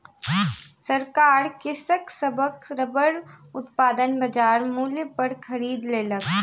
सरकार कृषक सभक रबड़ उत्पादन बजार मूल्य पर खरीद लेलक